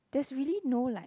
there's really no like